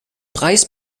preis